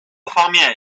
方面